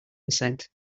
percent